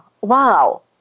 wow